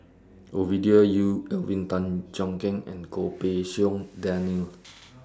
Ovidia Yu Alvin Tan Cheong Kheng and Goh Pei Siong Daniel